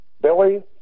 Billy